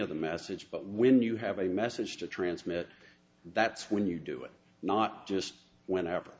of the message but when you have a message to transmit that's when you do it not just when